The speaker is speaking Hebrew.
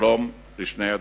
שלום לשני הצדדים.